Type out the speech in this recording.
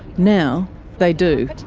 now they do,